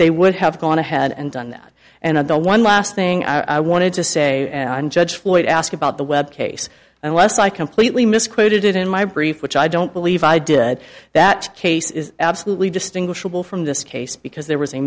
they would have gone ahead and done that and i don't one last thing i wanted to say on judge floyd ask about the web case unless i completely misquoted it in my brief which i don't believe i did that case is absolutely distinguishable from this case because there was a